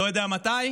לא יודע מתי,